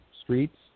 streets